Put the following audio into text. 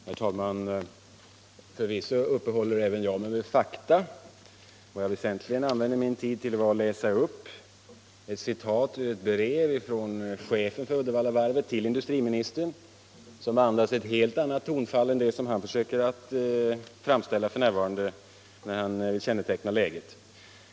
Herr talman! Förvisso uppehöll även jag mig vid fakta. Vad jag väsentligen använde min tid till var att läsa upp ett citat ur ett brev från chefen för Uddevallavarvet till industriministern vilket andas ett helt annat tonfall än det som industriministern f. n. använder när han försöker bedöma läget.